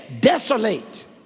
desolate